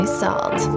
salt